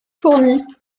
fournis